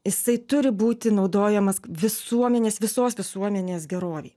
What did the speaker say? jisai turi būti naudojamas visuomenės visos visuomenės gerovei